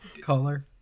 color